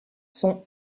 sont